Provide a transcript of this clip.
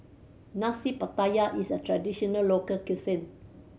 Nasi Pattaya is a traditional local cuisine